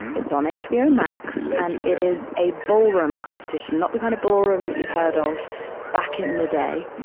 it's on hbo max legendary it is a ballroom competition, not the kind of ballroom that you've heard of back in the day.